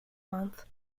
month